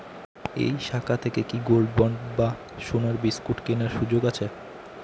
এই শাখা থেকে কি গোল্ডবন্ড বা সোনার বিসকুট কেনার সুযোগ আছে?